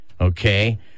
Okay